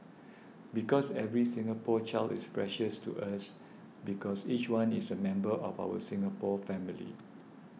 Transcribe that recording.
because every Singapore child is precious to us because each one is a member of our Singapore family